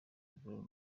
imvururu